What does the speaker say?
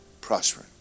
Prospering